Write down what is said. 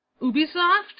Ubisoft